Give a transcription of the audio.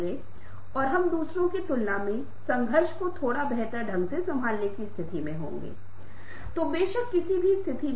मुझे आशा है कि आप प्रोफेसर दामोदर सुतार से और प्रोफ़ेसर विजयनाथ गिरि से परिचय की होगा